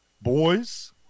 boys